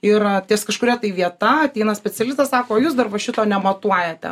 ir ties kažkuria tai vieta ateina specialistas sako jūs dar va šito nematuojate